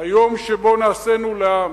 היום שבו נעשינו לעם,